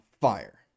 fire